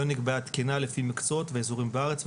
לא נקבעה תקינה לפי מקצועות ולפי אזורים בארץ,